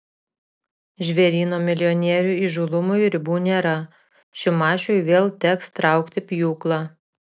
žvėryno milijonierių įžūlumui ribų nėra šimašiui vėl teks traukti pjūklą